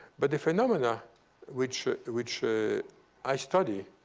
but the phenomena which which i study,